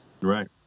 Right